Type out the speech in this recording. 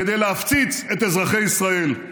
כדי להפציץ את אזרחי ישראל.